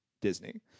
Disney